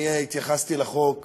אני התייחסתי לחוק